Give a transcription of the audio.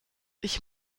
ich